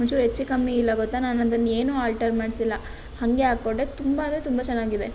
ಒಂಚೂರು ಹೆಚ್ಚು ಕಮ್ಮಿ ಇಲ್ಲ ಗೊತ್ತಾ ನಾನು ಅದನ್ನು ಏನೂ ಆಲ್ಟರ್ ಮಾಡಿಸಿಲ್ಲ ಹಾಗೆ ಹಾಕಿಕೊಂಡೆ ತುಂಬ ಅಂದರೆ ತುಂಬ ಚೆನ್ನಾಗಿದೆ